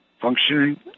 functioning